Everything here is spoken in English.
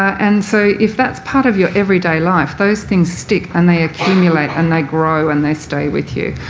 and so if that's part of your everyday life those things stick and they accumulate and they grow and they stay with you,